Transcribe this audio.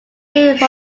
gave